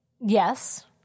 Yes